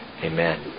Amen